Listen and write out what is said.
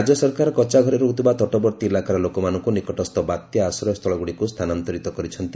ରାଜ୍ୟ ସରକାର କଚ୍ଚାଘରେ ରହୁଥିବା ତଟବର୍ତ୍ତୀ ଇଲାକାର ଲୋକମାନଙ୍କୁ ନିକଟସ୍ଥ ବାତ୍ୟା ଆଶ୍ରୟସ୍ଥଳଗୁଡ଼ିକୁ ସ୍ଥାନାନ୍ତରିତ କରିଛନ୍ତି